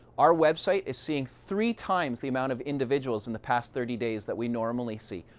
our website is seeing three times the amount of individuals in the past thirty days that we normally see.